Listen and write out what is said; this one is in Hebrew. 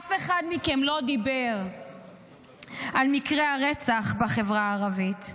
אף אחד מכם לא דיבר על מקרי הרצח בחברה הערבית.